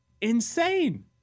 insane